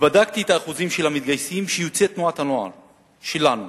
בדקתי את האחוזים של המתגייסים יוצאי תנועת הנוער שלנו.